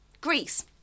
greece